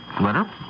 letter